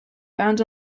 band